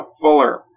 Fuller